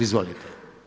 Izvolite.